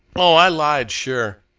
oh, i lied, sure!